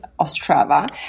Ostrava